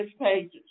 pages